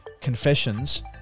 confessions